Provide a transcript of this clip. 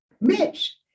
Mitch